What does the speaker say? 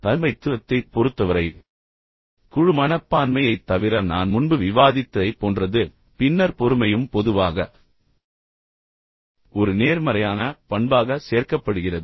தலைமைத்துவத்தைப் பொறுத்தவரை குழு மனப்பான்மையைத் தவிர நான் முன்பு விவாதித்ததைப் போன்றது பின்னர் பொறுமையும் பொதுவாக ஒரு நேர்மறையான பண்பாக சேர்க்கப்படுகிறது